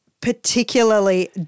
particularly